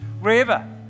wherever